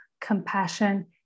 compassion